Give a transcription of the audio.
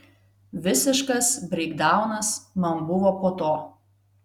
visiškas breikdaunas man buvo po to